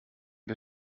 wir